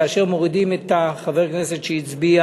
כאשר מורידים את חבר הכנסת שהצביע